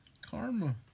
Karma